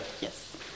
Yes